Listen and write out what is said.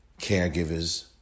Caregivers